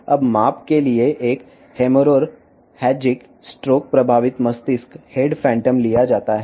ఇప్పుడు కొలత కోసం రక్తస్రావం స్ట్రోక్ ప్రభావిత మెదడు తల ఫాంటమ్ తీసుకోబడింది